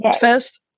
First